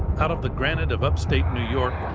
out of the granite of upstate new york,